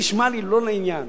אנחנו ערב בחירות אומנם,